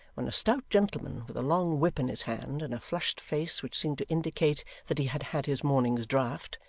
when a stout gentleman with a long whip in his hand, and a flushed face which seemed to indicate that he had had his morning's draught,